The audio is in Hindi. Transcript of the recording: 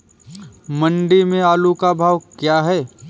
मंडी में आलू का भाव क्या है?